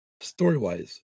story-wise